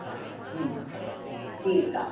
हम्म ठीकु आहे